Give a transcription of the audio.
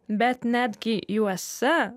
bet netgi juose